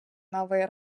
нової